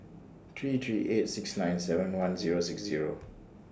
three three eight six nine seven one Zero six Zero